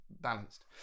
balanced